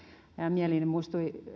mieleeni muistui